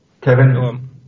Kevin